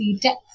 depth